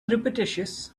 repetitious